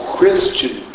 Christian